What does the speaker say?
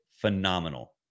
phenomenal